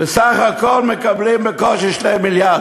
ומקבלים בקושי 2 מיליארד.